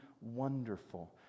wonderful